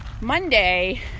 monday